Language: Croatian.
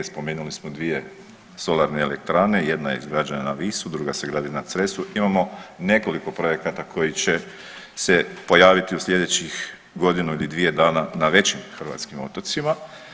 Spomenuli smo dvije solarne elektrane, jedna je izgrađena na Visu, druga se gradi na Cresu, imamo nekoliko projekata koji će pojaviti u sljedećih godinu ili dvije dana na većim hrvatskim otocima.